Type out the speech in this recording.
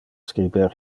scriber